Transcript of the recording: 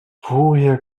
woher